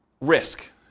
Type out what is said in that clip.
risk